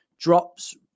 drops